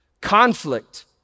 Conflict